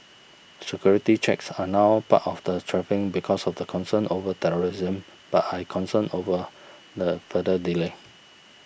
security checks are now part of the travelling because of the concerns over terrorism but I concerned over the further delay